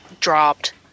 dropped